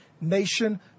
nation